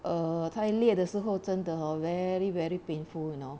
err 太裂的时候真的 hor very very painful you know